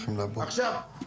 עכשיו,